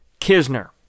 Kisner